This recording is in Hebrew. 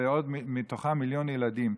ומתוכם מיליון ילדים,